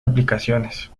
aplicaciones